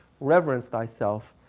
reference thyself,